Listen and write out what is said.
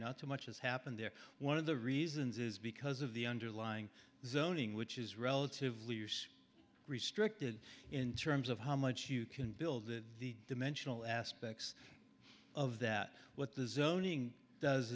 not too much has happened there one of the reasons is because of the underlying zoning which is relatively restricted in terms of how much you can build it the dimensional aspects of that what the zoning does